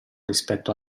rispetto